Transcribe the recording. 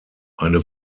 eine